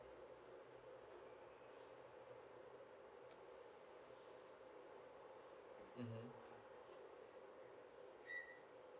uh mm